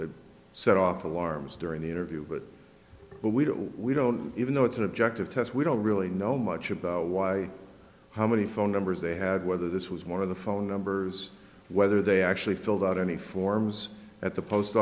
were set off alarms during the interview but what we do we don't even know it's an objective test we don't really know much about why how many phone numbers they had whether this was one of the phone numbers whether they actually filled out any forms at the post